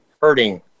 hurting